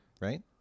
right